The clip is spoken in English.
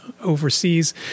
overseas